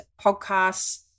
podcasts